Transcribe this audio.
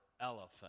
elephant